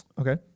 Okay